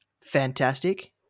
fantastic